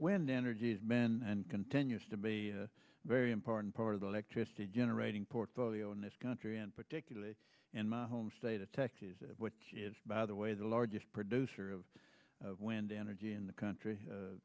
wind energy is men and continues to be a very important part of the electricity generating portfolio in this country and particularly in my home state of texas which is by the way the largest producer of of wind energy in the country